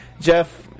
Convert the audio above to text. Jeff